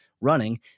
running